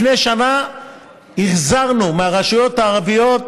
לפני שנה החזרנו מהרשויות הערביות